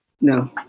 No